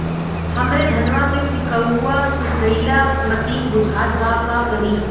हमरे धनवा के सीक्कउआ सुखइला मतीन बुझात बा का करीं?